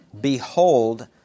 behold